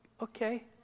okay